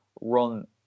run